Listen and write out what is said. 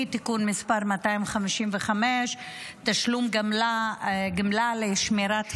(תיקון מס' 255) (תשלום גמלה לשמירת היריון),